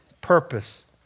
purpose